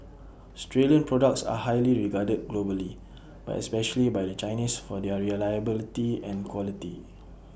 Australian products are highly regarded globally but especially by the Chinese for their reliability and quality